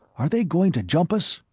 are they going to jump us?